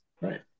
Right